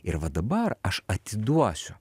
ir va dabar aš atiduosiu